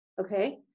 okay